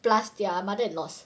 plus their mother in laws